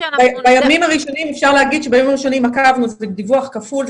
בימים הראשונים זה דיווח כפול,